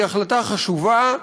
היא החלטה חשובה,